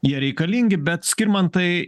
jie reikalingi bet skirmantai